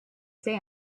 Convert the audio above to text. say